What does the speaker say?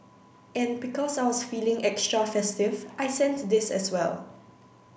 and because I was feeling extra festive I sent this as well